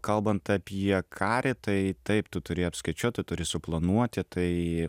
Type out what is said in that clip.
kalbant apie karį tai taip tu turi apskaičiuot tu turi suplanuoti tai